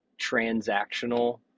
transactional